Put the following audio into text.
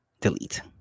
Delete